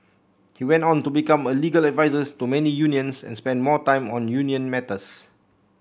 he went on to become a legal advisors to many unions and spent more time on union matters